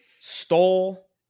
stole